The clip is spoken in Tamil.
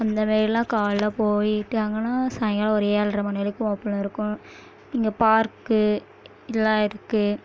அந்த வெயிலில் காலையில் போயிட்டு அங்கேலாம் சாயங்காலம் ஒரு ஏழ்றை மணி வரைக்கும் ஓப்பனில் இருக்கும் இங்கே பார்க் இதெல்லாம் இருக்குது